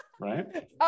right